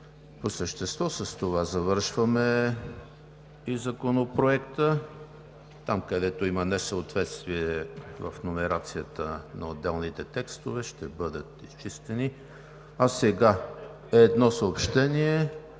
с това завършваме и Законопроекта. Там, където има несъответствия в номерацията на отделните текстове, ще бъдат изчистени. Едно съобщение: